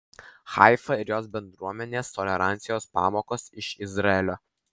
haifa ir jos bendruomenės tolerancijos pamokos iš izraelio